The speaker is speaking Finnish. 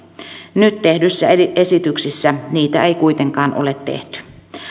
nyt tehdyissä esityksissä niitä ei kuitenkaan ole tehty